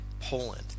Poland